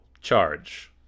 charge